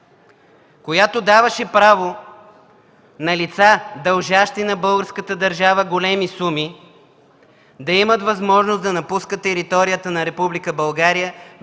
която даваше право на лица, дължащи на българската държава големи суми, да имат възможност да напускат територията на